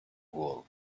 wall